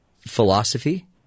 philosophy